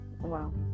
Wow